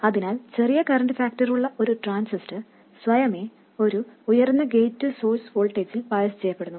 അതിനാൽ ചെറിയ കറൻറ് ഫാക്ടറുള്ള ഒരു ട്രാൻസിസ്റ്റർ സ്വയമേ ഒരു ഉയർന്ന ഗേറ്റ് ടു സോഴ്സ് വോൾട്ടേജിൽ ബയസ് ചെയ്യപ്പെടുന്നു